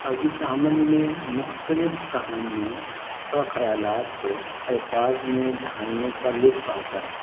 اور اس عمل میں مختلف کہانیوں اور خیالات کو الفاظ میں ڈھالنے کا لطف آتا ہے